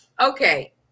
Okay